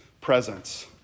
presence